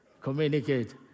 communicate